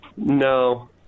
No